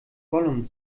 gollum